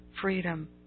freedom